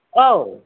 औ